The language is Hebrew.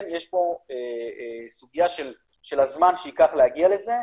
כן יש פה סוגיה של הזמן שייקח להגיע לזה,